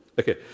Okay